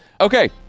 okay